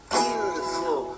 beautiful